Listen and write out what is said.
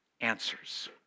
answers